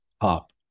up